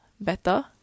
better